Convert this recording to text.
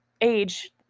age